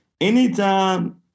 anytime